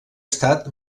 estat